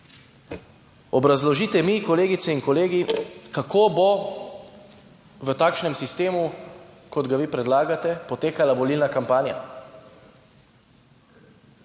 Obrazložite mi, kolegice in kolegi, kako bo v takšnem sistemu, kot ga vi predlagate, potekala volilna kampanja?